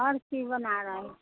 हर चीज बना रहल छी